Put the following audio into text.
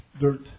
dirt